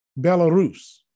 Belarus